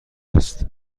است